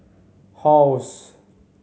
halls